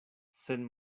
sen